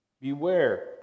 Beware